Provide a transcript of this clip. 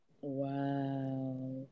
Wow